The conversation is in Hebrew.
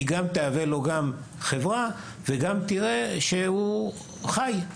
היא גם תהווה לחברה עבורו וגם ותשגיח שהוא חי,